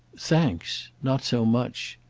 thanks not so much.